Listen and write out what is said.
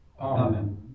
Amen